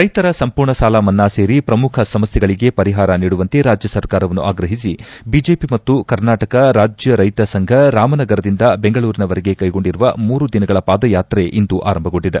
ರೈತರ ಸಂಪೂರ್ಣ ಸಾಲ ಮನ್ನಾ ಸೇರಿ ಪ್ರಮುಖ ಸಮಸ್ಥೆಗಳಿಗೆ ಪರಿಹಾರ ನೀಡುವಂತೆ ರಾಜ್ಯ ಸರ್ಕಾರವನ್ನು ಆಗ್ರಹಿಸಿ ಬಿಜೆಪಿ ಮತ್ತು ಕರ್ನಾಟಕ ರಾಜ್ಯ ರೈತ ಸಂಘ ರಾಮನಗರದಿಂದ ಬೆಂಗಳೂರಿನವರೆಗೆ ಕೈಗೊಂಡಿರುವ ಮೂರು ದಿನಗಳ ಪಾದಾಯಾತ್ರೆ ಇಂದು ಆರಂಭಗೊಂಡಿದೆ